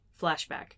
Flashback